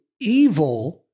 evil